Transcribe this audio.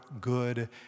good